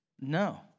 No